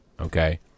Okay